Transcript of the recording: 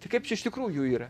tai kaip čia iš tikrųjų yra